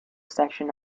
section